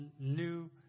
new